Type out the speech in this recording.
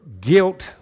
guilt